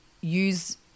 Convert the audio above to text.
use